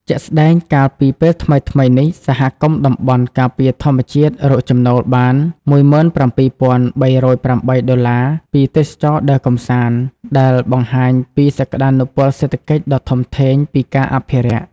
ជាក់ស្តែង កាលពីពេលថ្មីៗនេះ សហគមន៍តំបន់ការពារធម្មជាតិរកចំណូលបាន ១៧,៣០៨ ដុល្លារ ពីទេសចរដើរកម្សាន្ត ដែលបង្ហាញពីសក្តានុពលសេដ្ឋកិច្ចដ៏ធំធេងពីការអភិរក្ស។